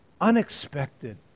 Unexpected